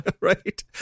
Right